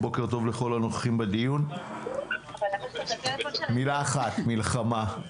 במילה אחת: מלחמה.